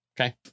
Okay